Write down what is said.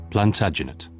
Plantagenet